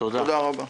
תודה רבה.